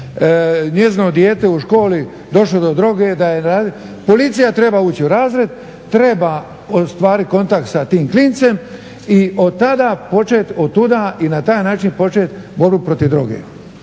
njezino dijete u školi došlo do droge Policija treba ući u razred, treba ostvariti kontakt sa tim klincem i otuda i na taj način početi borbu protiv droge.